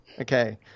Okay